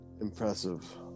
impressive